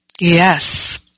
Yes